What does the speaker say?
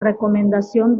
recomendación